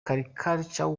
caricature